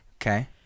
Okay